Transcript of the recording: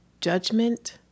judgment